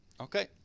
Okay